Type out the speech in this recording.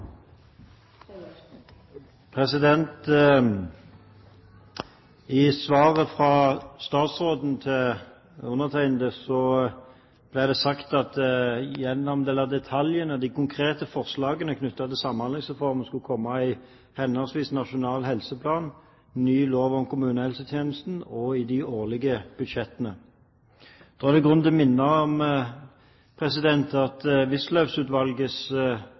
I svaret fra statsråden til meg ble det sagt at en del av detaljene, de konkrete forslagene knyttet til Samhandlingsreformen skulle komme i henholdsvis Nasjonal helseplan, ny lov om kommunehelsetjenesten og i de årlige budsjettene. Da er det grunn til å minne om at